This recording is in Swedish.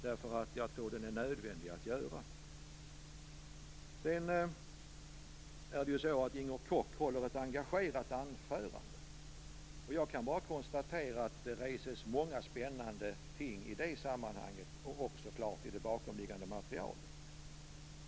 Jag tror att den är nödvändig att göra. Inger Koch håller ett engagerat anförande. Jag kan bara konstatera att det reses många spännande ting i det sammanhanget, och också så klart i det bakomliggande materialet.